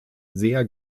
sehr